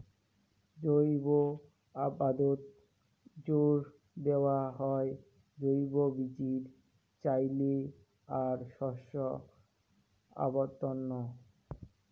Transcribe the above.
জৈব আবাদত জোর দ্যাওয়া হয় জৈব বীচির চইলে আর শস্য আবর্তন